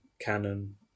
canon